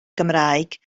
gymraeg